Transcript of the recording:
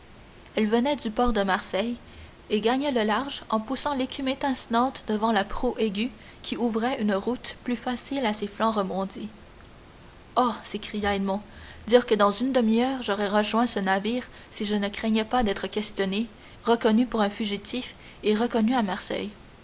elle venait du port de marseille et gagnait le large en poussant l'écume étincelante devant la proue aiguë qui ouvrait une route plus facile à ses flancs rebondis oh s'écria edmond dire que dans une demi-heure j'aurais rejoint ce navire si je ne craignais pas d'être questionné reconnu pour un fugitif et reconduit à marseille